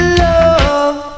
love